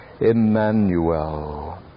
Emmanuel